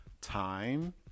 time